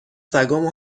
سگامو